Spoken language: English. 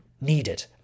needed